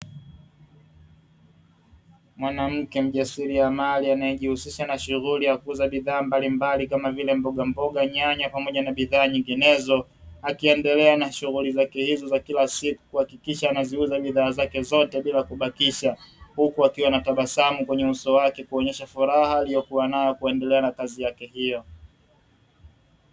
Mwanamke mjasiriamali anayejihusisha na shughuli ya kuuza bidhaa mbalimbali kama vile mbogamboga, nyanya pamoja na bidhaa nyinginezo; akiendelea na shughuli zake hizi za kila siku kuhakikisha anaziuza bidhaa zake zote bila kubakisha, huku akiwa anatabasamu kwenye uso wake kuonyesha furaha iliyokuwa nayo kuendelea na kazi yake hiyo.